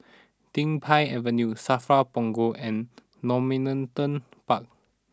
Din Pang Avenue Safra Punggol and Normanton Park